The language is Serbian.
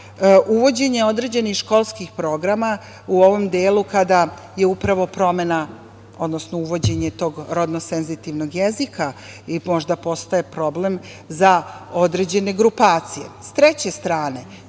uvođenje određenih školskih programa u ovom delu kada je upravo promena, odnosno uvođenje tog rodno senzitivnog jezika i možda postaje problem za određene grupacije,